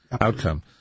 outcome